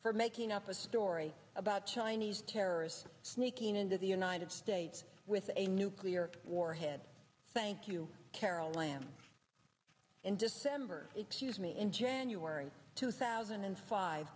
for making up a story about chinese terrorists sneaking into the united states with a nuclear warhead thank you carol lam in december excuse me in january two thousand and five